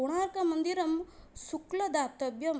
कोणार्कमन्दिरे शुल्कं दातव्यम्